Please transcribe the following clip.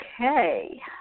Okay